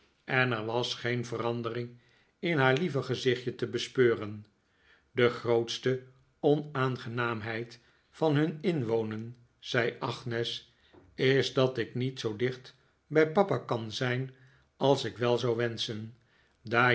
en er was geen verandering in haar lieve gezichtje te bespeuren de grootste onaangenaamheid van nun inwonen zei agnes is dat ik niet zoo dicht bij papa kan zijn als ik wel zou wenschen daar